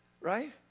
Right